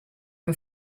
for